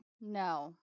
No